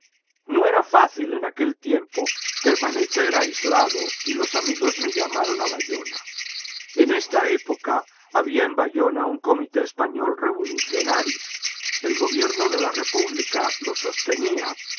no era fácil en aquel tiempo permanecer aislado y los amigos me llamaron a bayona en esta época había en bayona un comité español revolucionario el gobierno de la repúbhca lo sostenía